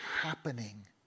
happening